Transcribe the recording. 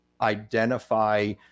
identify